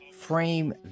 Frame